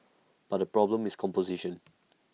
but the problem is composition